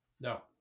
No